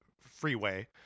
freeway